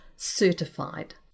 certified